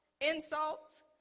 insults